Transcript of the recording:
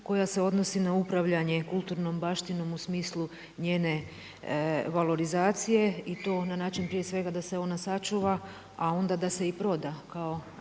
koja se odnosi na upravljanje kulturnom baštinom u smislu njene valorizacije i to na način prije svega da se ona sačuva a onda da se i proda